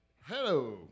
Hello